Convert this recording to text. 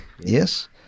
Yes